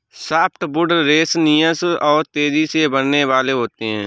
softwood resinous और तेजी से बढ़ने वाले होते हैं